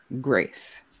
grace